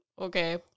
Okay